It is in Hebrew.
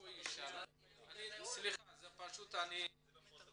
בגלל שהדיון משודר הוא יחליט אם הוא רוצה להיחשף